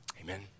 Amen